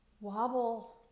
wobble